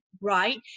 right